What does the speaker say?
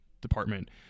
department